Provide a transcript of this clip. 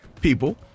people